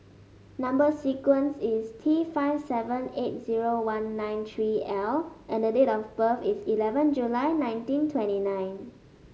number sequence is T five seven eight zero one nine three L and the date of birth is eleven July nineteen twenty nine